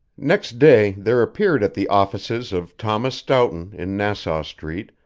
next day there appeared at the offices of thomas stoughton, in nassau street,